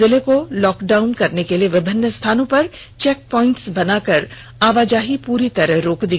जिले को lockdown करने के लिए विभिन्न स्थानों पर चेक पॉइंट्स बनाकर आवाजाही पूर्णता रोक दी